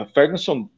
Ferguson